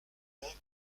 miens